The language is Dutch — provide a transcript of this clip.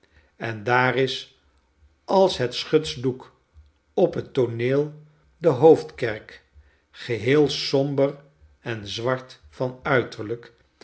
en daar is als het schutsdoek op het tooneel de hoofdkerk geheel somber en zwart vanuiterlijk